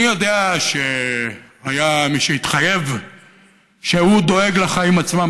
אני יודע שהיה מי שהתחייב שהוא דואג לחיים עצמם,